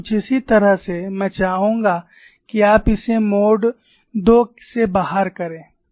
कुछ इसी तरह से मैं चाहूंगा कि आप इसे मोड II से बाहर करें